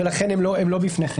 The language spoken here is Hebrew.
ולכן הם לא בפניכם.